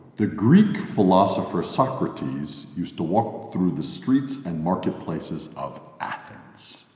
the greek philosopher socrates used to walk through the streets and marketplaces of athens.